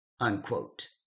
unquote